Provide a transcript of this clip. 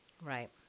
Right